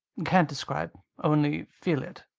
can't describe only feel it.